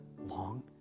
long